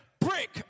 brick